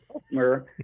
customer